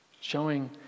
Showing